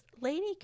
lady